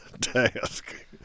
task